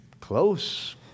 close